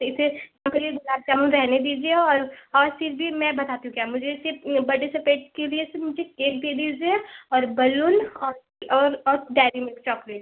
इसिए आप यह गुलाब जामुन रहने दीजिए और और फिर भी मैं बताती हूँ क्या मुझे सिर्फ बड्डे सपेट के लिए सिर्फ मुझे केक दे दीज़िए और बैलून और और और डेयरी मिल्क चॉकलेट